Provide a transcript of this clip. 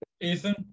Ethan